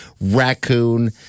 raccoon